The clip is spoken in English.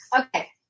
Okay